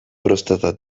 prostata